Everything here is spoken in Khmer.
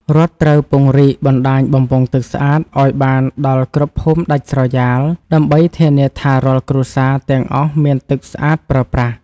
រដ្ឋត្រូវពង្រីកបណ្តាញបំពង់ទឹកស្អាតឱ្យបានដល់គ្រប់ភូមិដាច់ស្រយាលដើម្បីធានាថារាល់គ្រួសារទាំងអស់មានទឹកស្អាតប្រើប្រាស់។